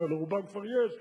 לרובם כבר יש.